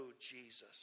Jesus